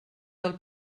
del